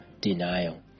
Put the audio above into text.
denial